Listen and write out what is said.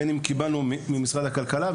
בין אם קיבלנו ממשרד הכלכלה,